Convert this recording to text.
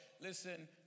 listen